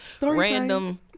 random